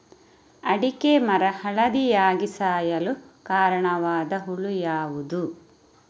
ಅಡಿಕೆ ಮರ ಹಳದಿಯಾಗಿ ಸಾಯಲು ಕಾರಣವಾದ ಹುಳು ಯಾವುದು?